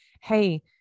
Hey